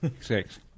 Six